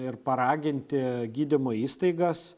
ir paraginti gydymo įstaigas